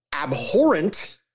abhorrent